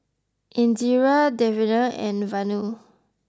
Indira Davinder and Vanu